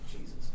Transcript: Jesus